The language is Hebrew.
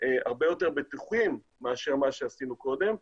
הרבה יותר בטוחים לעומת מה שעשינו קודם,